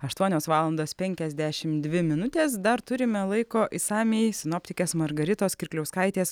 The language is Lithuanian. aštuonios valandos penkiasdešimt dvi minutės dar turime laiko išsamiai sinoptikės margaritos kirkliauskaitės